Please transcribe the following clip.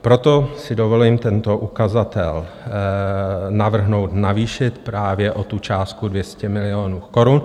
Proto si dovolím tento ukazatel navrhnout navýšit právě o tu částku 200 milionů korun.